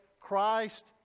christ